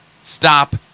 stop